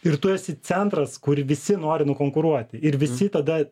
ir tu esi centras kur visi nori nukonkuruoti ir visi tada